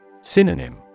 Synonym